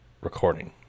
recording